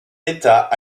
d’état